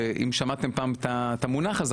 שאם שמעתם פעם את המונח הזה,